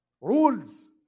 rules